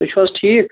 تُہۍ چھِوا حظ ٹھیٖک